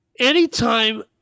Anytime